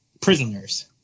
prisoners